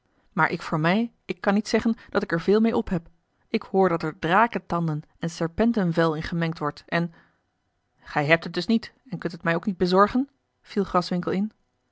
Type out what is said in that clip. maar ik voor mij ik kan niet zeggen dat ik er veel meê op heb ik hoor dat er drakentanden en serpentenvel in gemengd wordt en gij hebt het dus niet en kunt het mij ook niet bezorgen viel graswinckel in